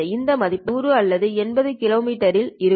இதன் மதிப்புகள் 100 அல்லது 80 கிலோமீட்டரில் இருக்கும்